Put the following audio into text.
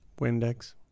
Windex